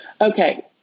Okay